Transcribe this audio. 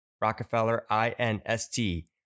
Rockefeller-I-N-S-T